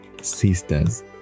sisters